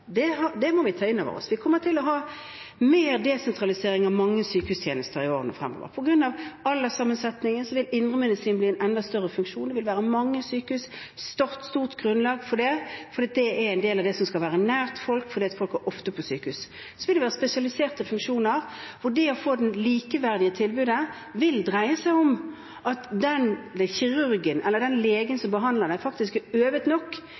Det må vi ta inn over oss. Det kommer til å bli mer desentralisering av mange sykehustjenester i årene fremover. På grunn av alderssammensetningen vil indremedisinen bli en enda større funksjon. Det vil være mange sykehus, det vil være et stort grunnlag for det, for dette er noe av det som skal være nært folk når de må på sykehus. Så vil det være spesialiserte funksjoner, hvor det å få et likeverdig tilbud vil dreie seg om at den kirurgen eller den legen som behandler deg, faktisk er øvet nok